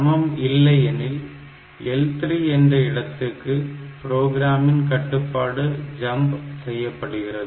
சமம் இல்லையெனில் L3 என்ற இடத்துக்கு புரோகிராமின் கட்டுப்பாடு ஜம்பு செய்யப்படுகிறது